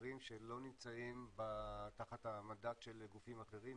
מחקרים שלא נמצאים תחת המנדט של גופים אחרים,